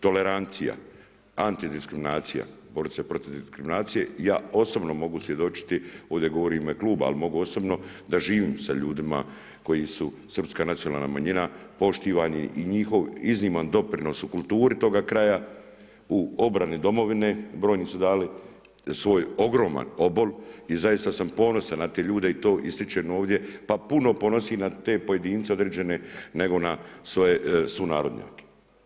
Tolerancija, antidiskriminacija, boriti se protiv diskriminacije, ja osobno mogu svjedočiti, ovdje govorim u ime kluba ali mogu osobno da živim sa ljudima koji su srpska nacionalna manjina poštivani i njihov izniman doprinos u kulturi toga kraja, u obrani domovine, brojni su dali svoj ogroman obol i zaista sam ponosan na te ljude i to ističem ovdje, pa puno ponosniji na te pojedince određene nego na svoje sunarodnjake.